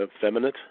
feminine